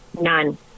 None